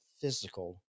physical